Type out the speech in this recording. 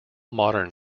modern